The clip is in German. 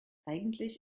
eigentlich